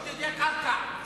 זכויות של גנבים.